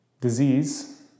disease